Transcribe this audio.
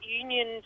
union